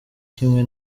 kimwe